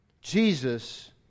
Jesus